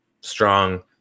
strong